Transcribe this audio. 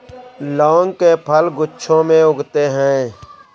लौंग के फल गुच्छों में उगते हैं